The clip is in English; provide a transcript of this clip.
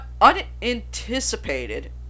unanticipated